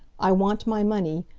i want my money.